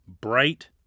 bright